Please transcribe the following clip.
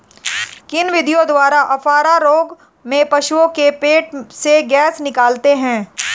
किन विधियों द्वारा अफारा रोग में पशुओं के पेट से गैस निकालते हैं?